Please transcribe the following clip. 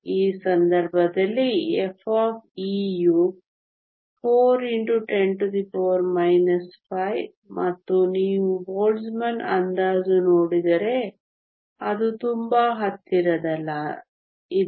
ಈ ಸಂದರ್ಭದಲ್ಲಿ f ಯು 4 x 10 5 ಮತ್ತು ನೀವು ಬೋಲ್ಟ್ಜ್ಮನ್ ಅಂದಾಜು ನೋಡಿದರೆ ಅದು ತುಂಬಾ ಹತ್ತಿರದಲ್ಲಿದೆ